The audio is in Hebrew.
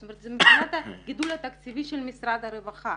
זאת אומרת זה מבחינת הגידול התקציבי של משרד הרווחה.